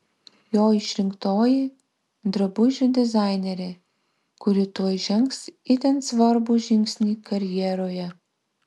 jo išrinktoji drabužių dizainerė kuri tuoj žengs itin svarbų žingsnį karjeroje